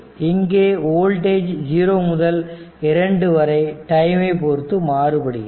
இங்கே வோல்டேஜ் 0 முதல் 2 வரை டைமை பொருத்து மாறுபடுகிறது